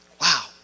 Wow